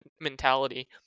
mentality